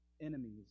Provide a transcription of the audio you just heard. enemies